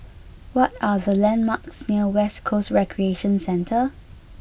what are the landmarks near West Coast Recreation Centre